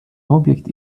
object